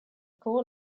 core